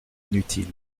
inutiles